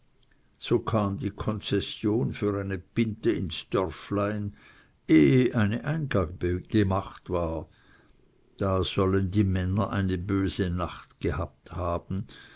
so kam die konzession für eine pinte ins dörflein ehe eine eingabe gemacht war da sollen die männer eine böse nacht gehabt haben